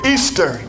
Easter